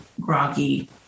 groggy